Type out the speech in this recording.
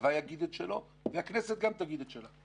הצבא יגיד את שלו והכנסת גם תגיד את שלה.